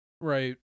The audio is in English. Right